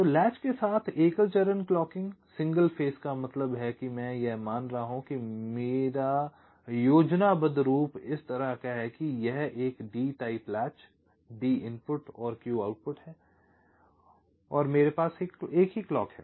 तो लैच के साथ एकल चरण क्लॉकिंग सिंगल फेज का मतलब है कि मैं यह मान रहा हूं कि मेरा योजनाबद्ध रूप इस तरह का है यह एक D type latch D input Q output है और मेरे पास एक ही क्लॉक है